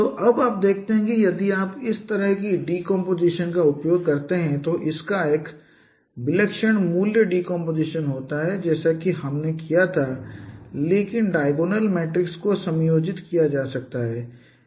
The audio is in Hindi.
तो अब आप देखते हैं कि यदि आप इस तरह के डीकॉम्पोजिसन का उपयोग करते हैं तो इसका एक विलक्षण मूल्य डीकॉम्पोजिसन होता है जैसा कि हमने किया था लेकिन डायगोनल मैट्रिक्स को समायोजित किया जा सकता है